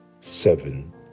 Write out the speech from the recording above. seven